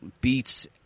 beats